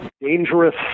dangerous